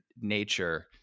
nature